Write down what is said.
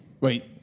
Wait